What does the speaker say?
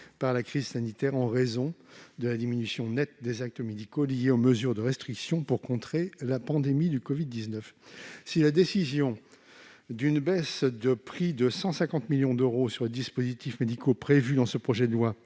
par la crise sanitaire, en raison de la diminution nette des actes médicaux liée aux restrictions destinées à contrer la pandémie. Si la baisse de prix de 150 millions d'euros sur les dispositifs médicaux prévue dans le projet de loi